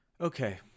Okay